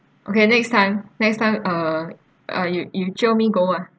okay next time next time uh uh you you jio me go ah